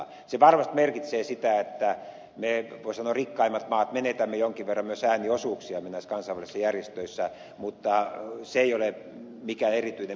se varmasti merkitsee sitä että me voi sanoa rikkaimmat maat menetämme jonkin verran myös ääniosuuksiamme näissä kansainvälisissä järjestöissä mutta se ei ole mikään erityinen menetys